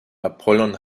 apollon